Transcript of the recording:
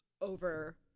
over